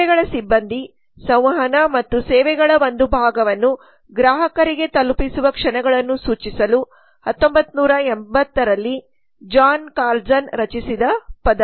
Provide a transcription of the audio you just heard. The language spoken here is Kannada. ಸೇವೆಗಳ ಸಿಬ್ಬಂದಿ ಸಂವಹನ ಮತ್ತು ಸೇವೆಗಳ ಒಂದು ಭಾಗವನ್ನು ಗ್ರಾಹಕರಿಗೆ ತಲುಪಿಸುವ ಕ್ಷಣಗಳನ್ನು ಸೂಚಿಸಲು 1980 ರಲ್ಲಿ ಜಾನ್ ಕಾರ್ಲ್ಜನ್ ರಚಿಸಿದ ಪದ